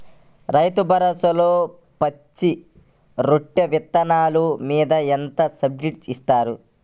రైతు భరోసాలో పచ్చి రొట్టె విత్తనాలు మీద ఎంత సబ్సిడీ ఇస్తుంది?